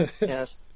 Yes